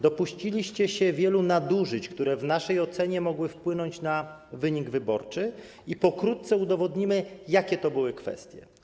Dopuściliście się wielu nadużyć, które w naszej ocenie mogły wpłynąć na wynik wyborczy, i pokrótce udowodnimy, jakie to były kwestie.